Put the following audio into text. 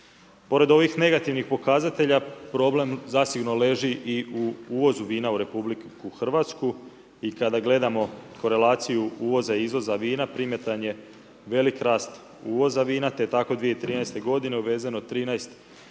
Pored ovih negativnih pokazatelja, problem zasigurno leži i u uvozu vina u RH i kada gledamo korelaciju uvoza i izvoza vina, primjetan je veliki rast uvoza vina te tako i 2013. uvezeno je